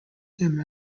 him